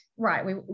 right